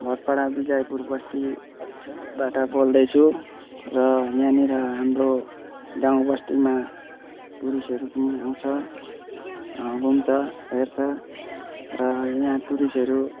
भटपाडा विजयपुर बस्ती बाट बोल्दैछु र यहाँनेर हाम्रो गाउँ बस्तीमा टुरिस्टहरू पनि आउँछ घुम्छ हेर्छ र यहाँ टुरिस्टहरू